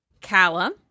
Callum